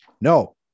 No